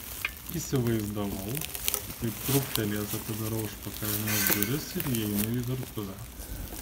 įsivaizdavau kaip trūktelėjęs atidarau užpakalines duris ir įeinu į virtuvę